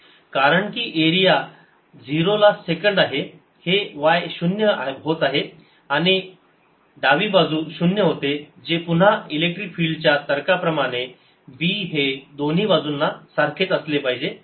कारण की एरिया 0 ला सेकंड आहे हे y शून्य होत आहे आणि डावी बाजू शून्य होते जे पुन्हा इलेक्ट्रिक फील्ड च्या तर्का प्रमाणे b हे दोन्ही बाजूंना सारखेच असले पाहिजे E